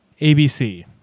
ABC